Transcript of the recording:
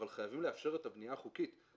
אבל חייבים לאפשר את הבנייה החוקית.